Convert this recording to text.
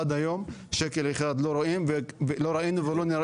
עד היום שקל אחד לא ראינו ולא נראה.